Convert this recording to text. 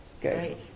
Great